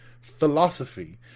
philosophy